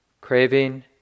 craving